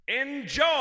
Enjoy